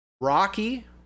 Rocky